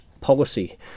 policy